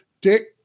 Dick